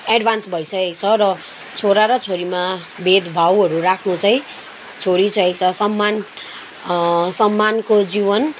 advance भइसकेकोछ र छोरा र छोरीमा भेदभावहरू राख्नु चैाहिँ छोडिसकेकछ सम्मान सम्मानको जीवन